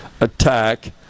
attack